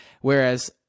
Whereas